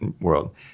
world